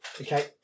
Okay